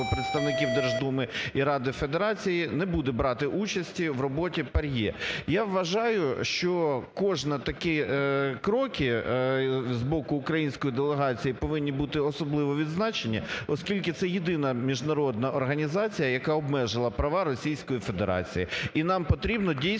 представників Держдуми і Ради Федерації, не брати участі в роботі ПАРЄ. Я вважаю, що кожні такі кроки з боку української делегації повинні бути особливо відзначені, оскільки це єдина міжнародна організація, яка обмежила права Російської Федерації.